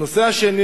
הנושא השני